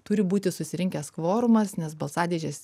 turi būti susirinkęs kvorumas nes balsadėžės